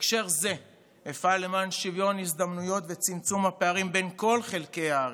בהקשר זה אפעל למען שוויון הזדמנויות וצמצום הפערים בין כל חלקי הארץ,